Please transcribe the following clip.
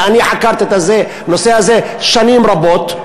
ואני חקרתי את הנושא הזה שנים רבות,